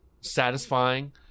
satisfying